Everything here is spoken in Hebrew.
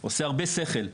עושה הרבה שכל,